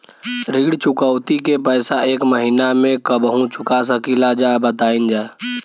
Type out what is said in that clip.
ऋण चुकौती के पैसा एक महिना मे कबहू चुका सकीला जा बताईन जा?